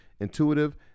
intuitive